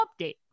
update